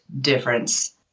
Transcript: difference